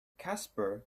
casper